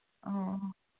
ꯑꯣ ꯑꯣ